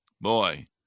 Boy